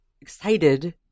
excited